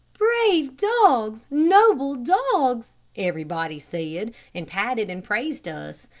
brave dogs! noble dogs! everybody said, and patted and praised us.